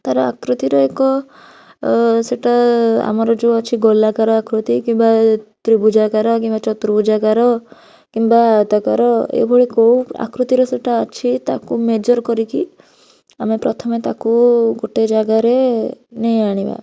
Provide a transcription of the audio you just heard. ତାର ଆକୃତିର ଏକ ସେଇଟା ଆମର ଯେଉଁ ଅଛି ଗୋଲାକାର ଆକୃତି କିମ୍ବା ତ୍ରିଭୁଜ ଆକାର କିମ୍ୱା ଚତୁର୍ଭୁଜ ଆକାର କିମ୍ବା ଆୟତାକାର ଏହିଭଳି କେଉଁ ଆକୃତିର ସେଇଟା ଅଛି ତାକୁ ମେଜର କରିକି ଆମେ ପ୍ରଥମେ ତାକୁ ଗୋଟେ ଜାଗାରେ ନେଇ ଆଣିବା